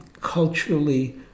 culturally